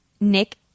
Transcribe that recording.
Nick